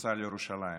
בכניסה לירושלים,